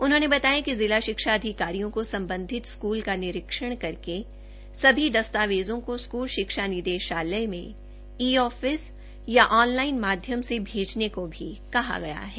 उन्होंने बताया कि जिला शिक्षा अधिकारियों को संबंधित स्कूल का निरीक्षण करके सभी दस्तावेजों को स्कूल शिक्षा निदेशालय में ई ऑफिस अथवा ऑनलाइन माध्यम से भेजने को भी कहा गया है